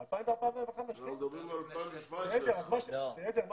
אנחנו מדברים על 2017. בסדר,